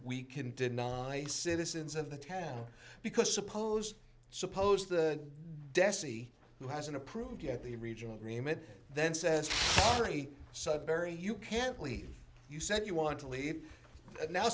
we can deny citizens of the town because suppose suppose the dessie who has an approved get the regional agreement then says sorry sudbury you can't leave you said you want to leave now